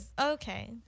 okay